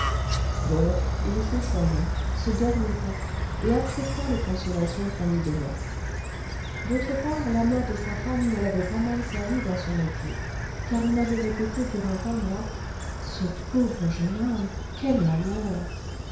donc il se choya se dorlota et accepta les consolations qu'on lui donnait d'autre part la mort de sa femme ne l'avait pas mal servi dans son métier car on avait répété durant un mois ce pauvre jeune homme quel malheur